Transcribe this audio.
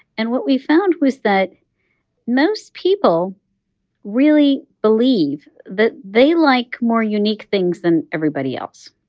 and what we found was that most people really believe that they like more unique things than everybody else.